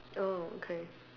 oh okay